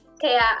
kaya